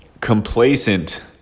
complacent